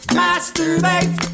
masturbate